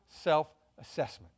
self-assessment